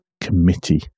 Committee